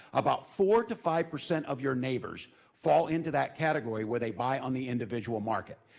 about four to five percent of your neighbors fall into that category, where they buy on the individual market.